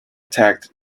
tagged